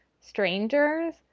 strangers